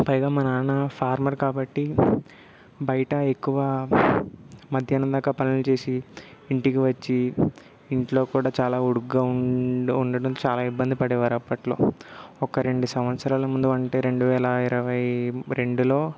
పైగా మా నాన్న ఫార్మర్ కాబట్టి బయట ఎక్కువ మధ్యానం దాకా పనులు చేసి ఇంటికి వచ్చి ఇంట్లో కూడా చాలా ఉడుకుగా ఉండ్ ఉండడం చాలా ఇబ్బంది పడేవారు అప్పట్లో ఒక రెండు సంవత్సరాల ముందు అంటే రెండు వేల ఇరవై రెండులో